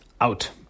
out